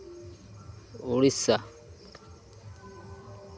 Odisha